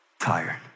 tired